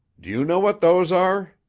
do you know what those are?